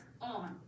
on